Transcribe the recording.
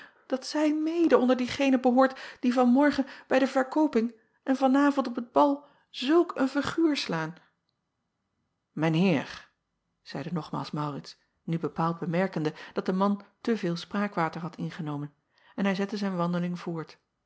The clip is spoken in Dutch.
dat zij mede onder degenen behoort die van morgen bij de verkooping en van avond op het bal zulk een figuur slaan ijn eer zeide nogmaals aurits nu bepaald bemerkende dat de man te veel spraakwater had ingeno acob van ennep laasje evenster delen men en hij zette zijn wandeling voort